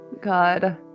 God